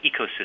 ecosystem